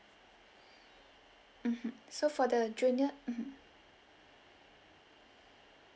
mmhmm so for the junior mmhmm